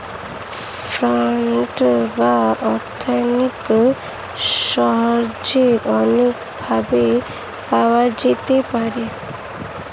funding বা অর্থনৈতিক সাহায্য অনেক ভাবে পাওয়া যেতে পারে